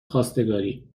خواستگاری